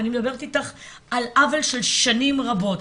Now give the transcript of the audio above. ואני מדברת איתך על עוול של שנים רבות,